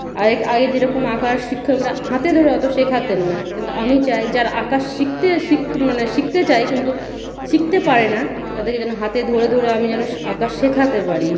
আগের আগে যেরকম আঁকার শিক্ষকরা হাতে ধরে অতো শেখাতেন না কিন্তু আমি চাই যারা আঁকা শিখতে শিখতে মানে শিখতে চায় কিন্তু শিখতে পারে না তাদেরকে যেন হাতে ধরে ধরে আমি যেন স আঁকা শেখাতে পারি